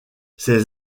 ses